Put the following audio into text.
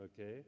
okay